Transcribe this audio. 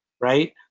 right